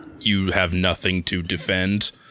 you-have-nothing-to-defend